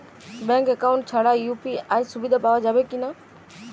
Bank account ছাড়া UPI সুবিধা পাওয়া যাবে কি না?